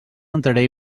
entraré